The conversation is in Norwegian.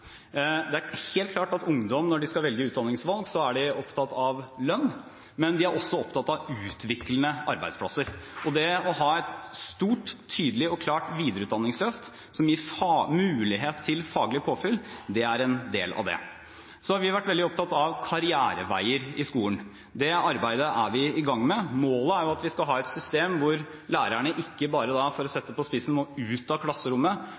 Det er helt klart at ungdom, når de skal velge utdanning, er opptatt av lønn, men de er også opptatt av utviklende arbeidsplasser. Det å ha et stort, tydelig og klart videreutdanningsløft, som gir mulighet til faglig påfyll, er en del av det. Så har vi vært veldig opptatt av karriereveier i skolen. Det arbeidet er vi i gang med. Målet er at vi skal ha et system hvor lærerne ikke bare – for å sette det på spissen – må ut av klasserommet